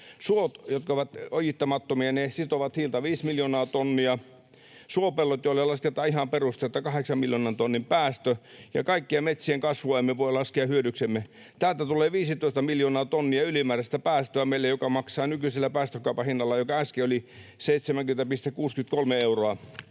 Suot, jotka ovat ojittamattomia, sitovat hiiltä viisi miljoonaa tonnia, suopelloille lasketaan ihan perusteetta kahdeksan miljoonan tonnin päästö, ja kaikkea metsien kasvua emme voi laskea hyödyksemme. Täältä tulee meille 15 miljoonaa tonnia ylimääräistä päästöä, mistä nykyisellä päästökaupan hinnalla, joka äsken oli 70,63 euroa